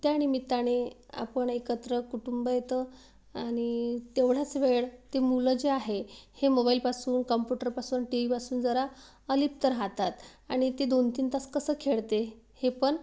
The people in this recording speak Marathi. त्यानिमित्ताने आपण एकत्र कुटुंब येतं आणि तेवढाच वेळ ते मुलं जे आहे हे मोबाईलपासून कंप्युटरपासून टी व्हीपासून जरा अलिप्त राहतात आणि ते दोन तीन तास कसं खेळते हे पण